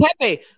Pepe